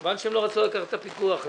חבל שהם לא רצו לקחת את הפיקוח על זה.